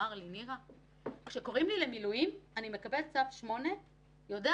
אני לא מתחבר לכותרת הזאת.